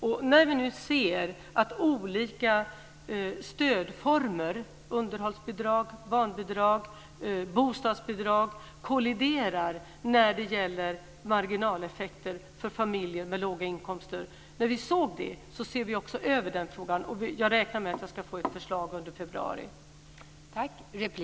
Vi har funnit att olika stödformer - underhållsbidrag, barnbidrag och bostadsbidrag - kolliderar och skapar marginaleffekter för familjer med låga inkomster, och vi ser över den frågan. Jag räknar med att få ett förslag under februari.